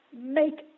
make